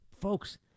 folks